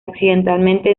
accidentalmente